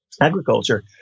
agriculture